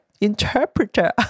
interpreter